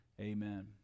amen